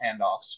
handoffs